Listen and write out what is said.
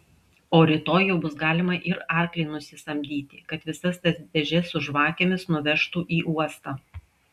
o rytoj jau bus galima ir arklį nusisamdyti kad visas tas dėžes su žvakėmis nuvežtų į uostą